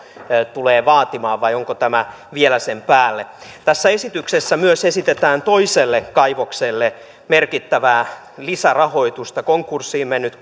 tulee vaatimaan vai onko tämä vielä sen päälle tässä esityksessä myös esitetään toiselle kaivokselle merkittävää lisärahoitusta konkurssiin mennyt